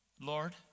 Lord